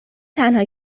تنها